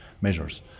measures